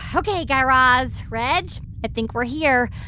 ah ok, guy raz, reg, i think we're here.